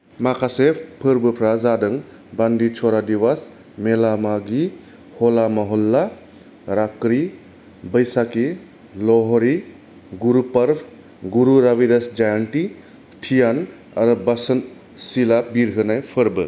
माखासे फोरबोफोरा जादों बन्दि छोरा दिवस मेला माघि हला महल्ला राकरि बैसाखि लोहरि गुरपर्व गुरु रविदास जयन्ति थियन आरो बसन्त सिला बिरहोनाय फोरबो